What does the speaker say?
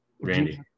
randy